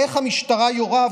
איך המשטרה יורה,